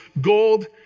gold